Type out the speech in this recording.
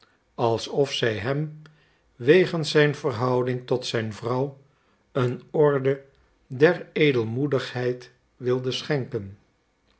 alsof zij hem wegens zijn verhouding tot zijn vrouw een orde der edelmoedigheid wilde schenken